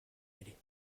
mêler